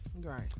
Right